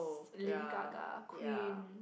Lady-Gaga queen